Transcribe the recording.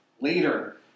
Later